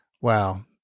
wow